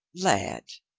lad,